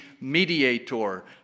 mediator